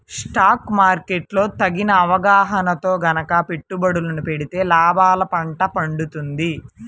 stock market లో తగిన అవగాహనతో గనక పెట్టుబడులను పెడితే లాభాల పండ పండుతుంది